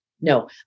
no